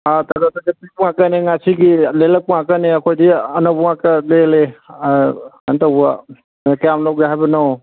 ꯇꯒꯠ ꯇꯒꯠ ꯇꯦꯛꯄ ꯉꯥꯛꯇꯅꯦ ꯉꯁꯤꯒꯤ ꯂꯦꯜꯂꯛꯄ ꯉꯥꯛꯇꯅꯦ ꯑꯩꯈꯣꯏꯗꯤ ꯑꯅꯧꯕ ꯉꯥꯛꯇ ꯂꯦꯜꯂꯦ ꯀꯩꯅꯣ ꯇꯧꯕ ꯀꯌꯥꯝ ꯂꯧꯒꯦ ꯍꯥꯏꯕꯅꯣ